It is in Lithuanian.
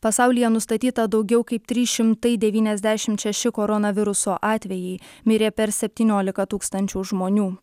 pasaulyje nustatyta daugiau kaip trys šimtai devyniasdešimt šeši koronaviruso atvejai mirė per septyniolika tūkstančių žmonių